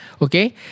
Okay